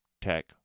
tech